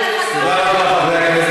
חברי הכנסת,